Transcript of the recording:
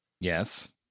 Yes